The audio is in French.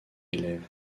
élève